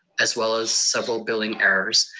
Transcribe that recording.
as well as several billing errors,